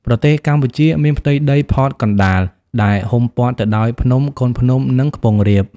ប្រទេសកម្ពុជាមានផ្ទៃដីផតកណ្តាល ដែលហ៊ុំព័ទ្ធទៅដោយ ភ្នំ កូនភ្នំ និង ខ្ពង់រាប ។